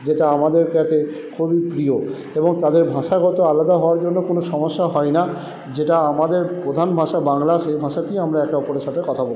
যেটা আমাদের কাছে খুবই প্রিয় এবং তাদের ভাষাগত আলাদা হওয়ার জন্য কোনো সমস্যা হয় না যেটা আমাদের প্রধান ভাষা বাংলা সেই ভাষাতেই আমরা একে অপরের সাথে কথা বলি